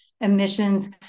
emissions